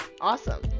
Awesome